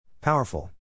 Powerful